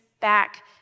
back